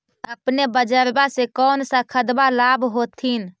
अपने बजरबा से कौन सा खदबा लाब होत्थिन?